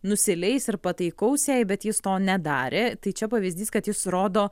nusileis ir pataikaus jai bet jis to nedarė tai čia pavyzdys kad jis rodo